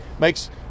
makes